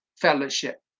fellowship